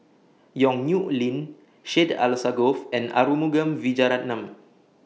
Yong Nyuk Lin Syed Alsagoff and Arumugam Vijiaratnam